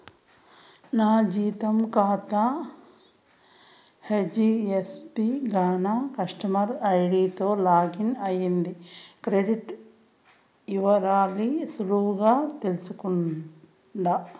నా జీతం కాతా హెజ్డీఎఫ్సీ గాన కస్టమర్ ఐడీతో లాగిన్ అయ్యి క్రెడిట్ ఇవరాల్ని సులువుగా తెల్సుకుంటుండా